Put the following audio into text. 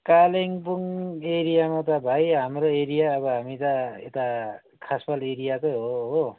कालिम्पोङ एरियामा त भाइ हाम्रो एरिया अब हामी त यता खासमल एरियाकै हो हो